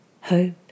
Hope